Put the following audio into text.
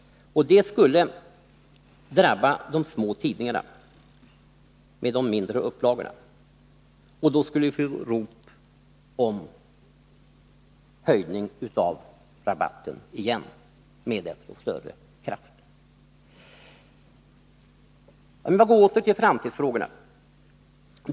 Det skulle drabba de små tidningarna med de mindre upplagorna, och då skulle det bli rop om höjning av rabatten igen med desto större kraft. Men åter till framtidsfrågorna.